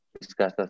discuss